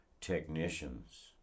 technicians